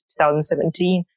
2017